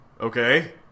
okay